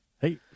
Hey